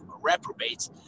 reprobates